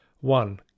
one